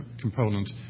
component